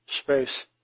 space